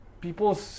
People